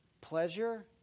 Pleasure